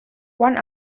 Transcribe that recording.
one